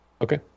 Okay